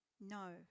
No